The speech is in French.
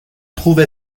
trouve